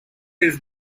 his